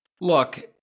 look